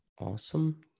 Awesome